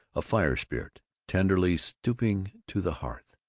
a fire-spirit tenderly stooping to the hearth,